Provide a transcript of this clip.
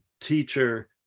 teacher